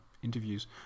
interviews